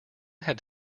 had